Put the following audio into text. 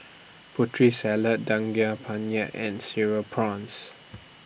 Putri Salad Daging Penyet and Cereal Prawns